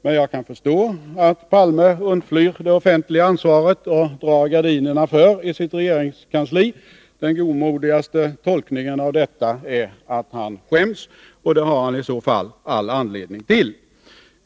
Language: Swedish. Men jag kan förstå att Olof Palme undflyr det offentliga ansvaret och drar gardinerna för i sitt regeringskansli. Den godmodigaste tolkningen av detta är att han skäms, och det har han i så fall all anledning till.